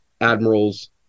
admirals